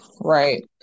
right